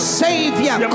savior